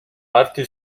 art